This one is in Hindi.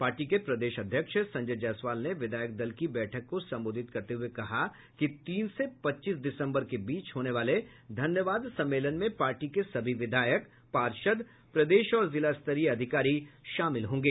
पार्टी के प्रदेश अध्यक्ष संजय जायसवाल ने विधायक दल की बैठक को संबोधित करते हुए कहा कि तीन से पच्चीस दिसम्बर के बीच होने वाले धन्यवाद सम्मेलन में पार्टी के सभी विधायक पार्षद प्रदेश और जिलास्तरीय अधिकारी शामिल होंगे